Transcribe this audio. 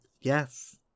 Yes